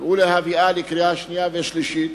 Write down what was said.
ולהביאה לקריאה שנייה ולקריאה שלישית